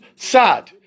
Sad